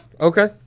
okay